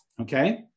Okay